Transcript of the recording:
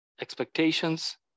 expectations